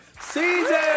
season